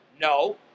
No